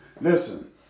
Listen